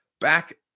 back